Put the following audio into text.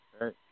Right